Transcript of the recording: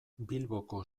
bilboko